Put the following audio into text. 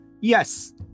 Yes